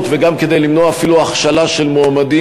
וגם כדי למנוע אפילו הכשלה של מועמדים,